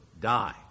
die